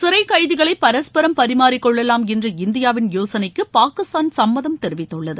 சிறைக் கைதிகளை பரஸ்பரம் பரிமாறிக்கொள்ளலாம் என்ற இந்தியாவின் யோசனைக்கு பாகிஸ்தான் சம்மதம் தெரிவித்துள்ளது